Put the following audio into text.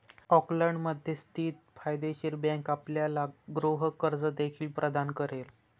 ऑकलंडमध्ये स्थित फायदेशीर बँक आपल्याला गृह कर्ज देखील प्रदान करेल